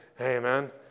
Amen